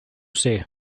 say